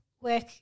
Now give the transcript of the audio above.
work